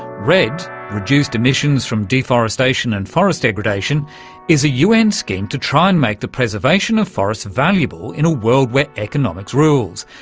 redd reduced emissions from deforestation and forest degradation is a un scheme to try and make the preservation of forests valuable in a world where economics rules,